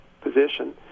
position